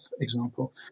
example